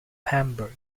hamburg